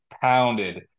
pounded